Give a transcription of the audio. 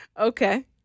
Okay